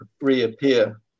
reappear